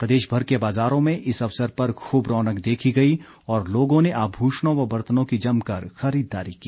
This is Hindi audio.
प्रदेश भर के बाजारों में इस अवसर पर खूब रौनक देखी गई और लोगों ने आभूषणों व बर्तनों की जमकर खरीददारी की